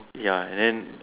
ya and then